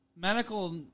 Medical